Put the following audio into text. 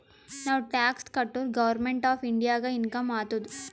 ನಾವ್ ಟ್ಯಾಕ್ಸ್ ಕಟುರ್ government of ಇಂಡಿಯಾಗ ಇನ್ಕಮ್ ಆತ್ತುದ್